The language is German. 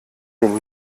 den